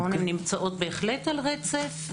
נמצאות בהחלט על רצף.